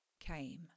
came